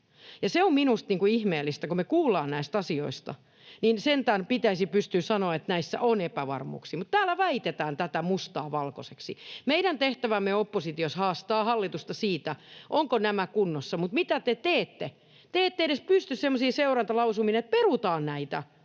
Minusta on ihmeellistä, että kun me kuullaan näistä asioista, niin sentään pitäisi pystyä sanomaan, että näissä on epävarmuuksia, mutta täällä väitetään mustaa valkoiseksi. Meidän tehtävämme oppositiossa on haastaa hallitusta siitä, ovatko nämä kunnossa, mutta mitä te teette? Te ette edes pysty semmoisiin seurantalausumiin, että perutaan näitä